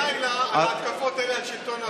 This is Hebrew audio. אני לא נרדם בלילה על ההתקפות האלה על שלטון החוק.